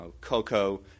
cocoa